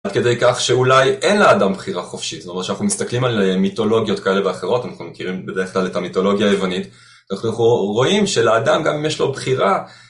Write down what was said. עד כדי כך שאולי אין לאדם בחירה חופשית, זאת אומרת שאנחנו מסתכלים על מיתולוגיות כאלה ואחרות, אנחנו מכירים בדרך כלל את המיתולוגיה היוונית ואנחנו רואים שלאדם גם יש לו בחירה